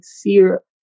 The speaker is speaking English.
fear